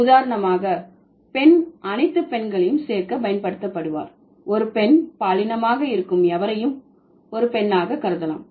உதாரணமாக பெண் அனைத்து பெண்களையும் சேர்க்க பயன்படுத்தப்படுவார் ஒரு பெண் பாலினமாக இருக்கும் எவரையும் ஒரு பெண்ணாக கருதலாம்